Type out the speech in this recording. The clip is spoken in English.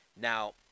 Now